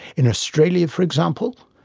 in australia, for example,